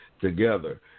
together